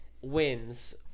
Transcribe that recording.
wins